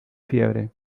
fiebre